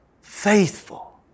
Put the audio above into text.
faithful